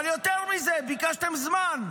אבל יותר מזה, ביקשתם זמן.